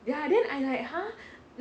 ya then I like !huh!